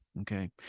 Okay